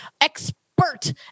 expert